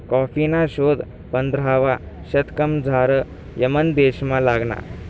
कॉफीना शोध पंधरावा शतकमझाऱ यमन देशमा लागना